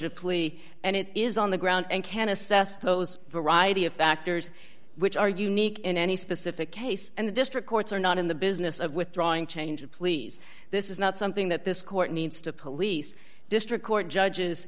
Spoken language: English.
plea and it is on the ground and can assess those variety of factors which are unique in any specific case and the district courts are not in the business of withdrawing change please this is not something that this court needs to police district court judges